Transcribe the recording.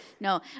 No